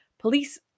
police